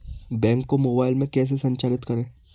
Bank को mobile में कैसे संचालित करें?